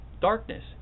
darkness